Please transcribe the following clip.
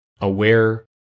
aware